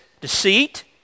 deceit